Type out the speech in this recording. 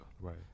Right